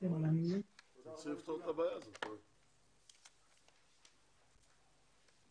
הישיבה ננעלה בשעה 09:54.